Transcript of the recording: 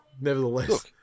nevertheless